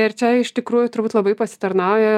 ir čia iš tikrųjų turbūt labai pasitarnauja